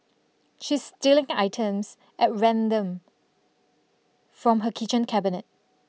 she's stealing items at random from her kitchen cabinet